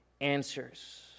answers